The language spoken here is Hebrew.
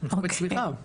אנחנו בצמיחה.